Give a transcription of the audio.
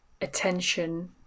attention